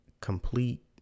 complete